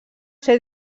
ser